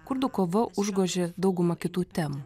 kurdų kova užgožė daugumą kitų temų